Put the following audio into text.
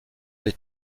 des